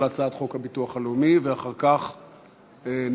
הצעת חוק הביטוח הלאומי (תיקון מס' 123),